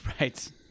Right